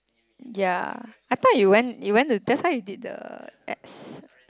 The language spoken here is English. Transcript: ya I thought you went you went to that why you did the test